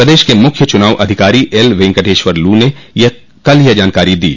प्रदेश के मुख्य चुनाव अधिकारी एल वेंकटेश्वर लू ने कल यह जानकारी दी